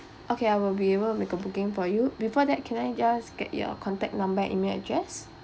okay I will be able to make a booking for you before that can I just get your contact number and email address